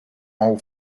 all